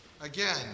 Again